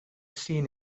seen